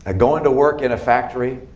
ah going to work in a factory,